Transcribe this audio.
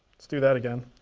let's do that again.